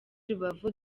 rubavu